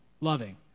loving